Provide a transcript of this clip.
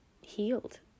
healed